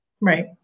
Right